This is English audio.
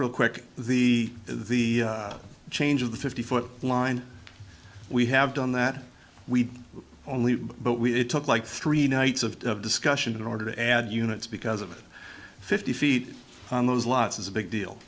real quick the the change of the fifty foot line we have done that we only but we took like three nights of discussion in order to add units because of it fifty feet on those lots is a big deal